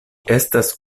estas